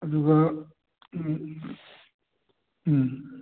ꯑꯗꯨꯒ ꯎꯝ ꯎꯝ